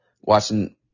watching